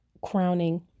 crowning